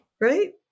Right